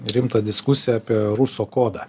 rimtą diskusiją apie ruso kodą